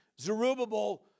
Zerubbabel